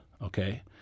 okay